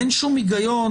אין שום הגיון,